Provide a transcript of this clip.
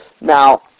Now